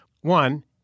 One